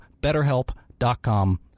betterhelp.com